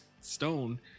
Stone